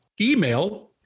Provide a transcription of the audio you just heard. email